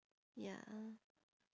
ya